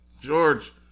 George